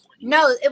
No